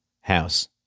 house